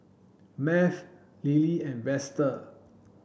Math Lilie and Vester